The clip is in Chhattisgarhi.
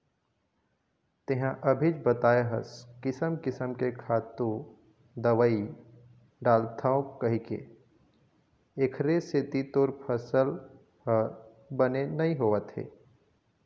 तेंहा अभीच बताए हस किसम किसम के खातू, दवई डालथव कहिके, एखरे सेती तोर फसल ह बने नइ होवत हे